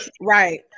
Right